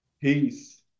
Peace